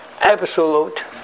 absolute